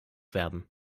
werden